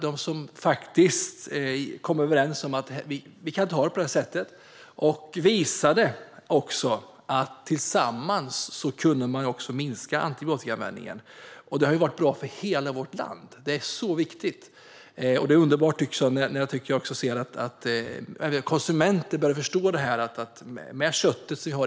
De kom överens om att vi inte kan ha det på det här sättet och visade att vi tillsammans kan minska antibiotikaanvändningen. Det har varit bra för hela vårt land - det är så viktigt. Det är underbart när jag tycker mig se att även konsumenter börjar förstå detta.